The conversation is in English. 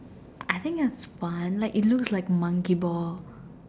I think is fun it looks like monkey ball